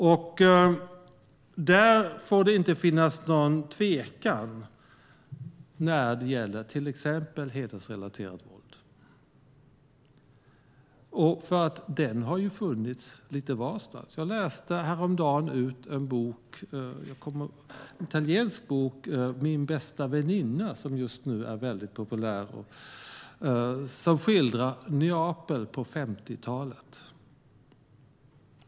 Det får inte finnas någon tvekan när det gäller till exempel hedersrelaterat våld. Det har ju funnits lite varstans. Jag läste häromdagen ut en italiensk bok, Min fantastiska väninna , som just nu är väldigt populär. Den skildrar Neapel på 50-talet.